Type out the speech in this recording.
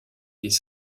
des